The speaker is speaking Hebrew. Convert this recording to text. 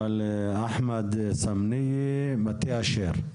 אבל אחמד סמניה מטה אשר.